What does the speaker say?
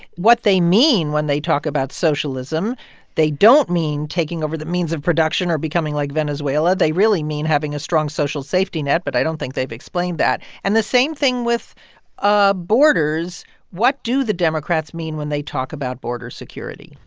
what they mean when they talk about socialism they don't mean taking over the means of production or becoming like venezuela. they really mean having a strong social safety net. but i don't think they've explained that. and the same thing with ah borders what do the democrats mean when they talk about border security?